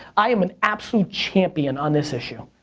i am an absolute champion on this issue.